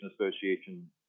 Association